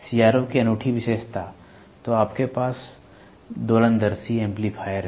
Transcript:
CRO की अनूठी विशेषता तो आपके पास दोलनदर्शी एंपलीफायर है